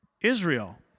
Israel